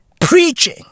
preaching